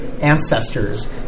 ancestors